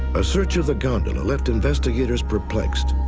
a search of the gondola left investigators perplexed.